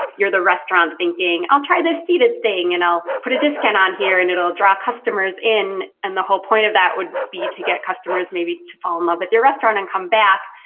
you're the restaurant thinking i'll try this seeded thing and i'll put a discount on here and it'll draw customers in. and the whole point of that would be to get customers maybe to fall in love with your restaurant and come back.